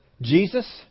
Jesus